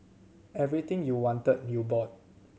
everything you wanted you bought